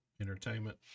entertainment